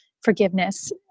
forgiveness